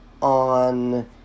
on